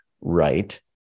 right